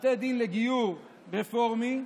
בתי דין לגיור רפורמי,